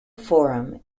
forum